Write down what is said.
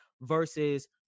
versus